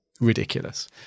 ridiculous